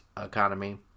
economy